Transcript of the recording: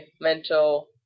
mental